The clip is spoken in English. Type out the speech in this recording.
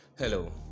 Hello